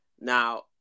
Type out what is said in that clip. Now